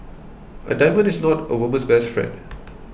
a diamond is not a woman's best friend